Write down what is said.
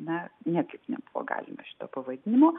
mes niekaip nebuvo galima šito pavadinimo